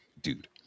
dude